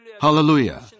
Hallelujah